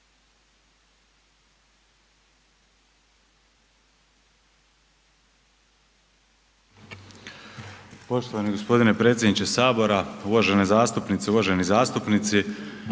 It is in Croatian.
Poštovano gospodine predsjedniče Sabora, uvažene zastupnice, uvaženi zastupnici.